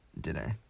dinner